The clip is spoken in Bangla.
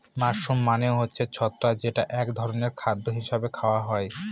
মাশরুম মানে হচ্ছে ছত্রাক যেটা এক ধরনের খাদ্য হিসাবে খাওয়া হয়